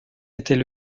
était